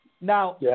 now –